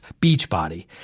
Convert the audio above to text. Beachbody